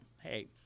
Hey